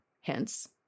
Hence